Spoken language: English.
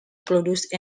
produced